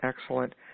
Excellent